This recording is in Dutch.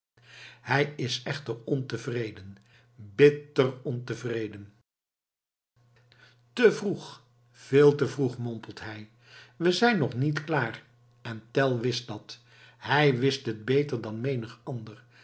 hij is echter ontevreden bitter ontevreden te vroeg veel te vroeg mompelt hij we zijn nog niet klaar en tell wist dat hij wist het beter dan menig ander